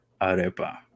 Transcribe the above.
arepa